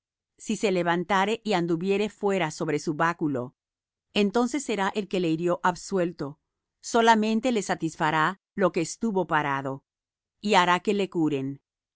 si se levantare y anduviere fuera sobre su báculo entonces será el que le hirió absuelto solamente le satisfará lo que estuvo parado y hará que le curen